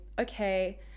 okay